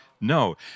No